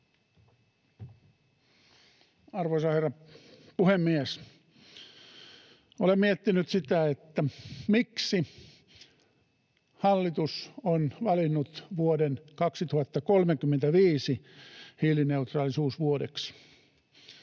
Arvoisa herra puhemies! Olen miettinyt sitä, miksi hallitus on valinnut vuoden 2035 hiilineutraalisuusvuodeksi.